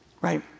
right